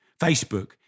Facebook